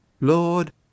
Lord